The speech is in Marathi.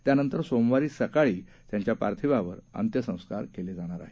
त्यानंतर सोमवारी सकाळी पार्थिवावर अंत्यसंस्कार केले जाणार आहेत